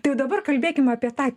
tai jau dabar kalbėkim apie tą